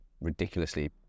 ridiculously